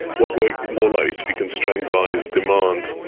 what we are more likely to be constrained by is demand.